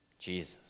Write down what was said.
Jesus